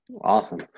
awesome